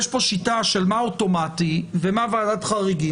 יש פה שיטה של מה אוטומטי ומה ועדת חריגים,